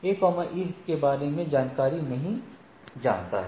A E के बारे में कोई जानकारी नहीं जानता है